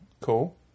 cool